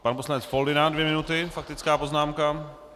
Pan poslanec Foldyna dvě minuty faktická poznámka.